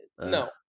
no